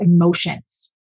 emotions